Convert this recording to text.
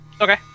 Okay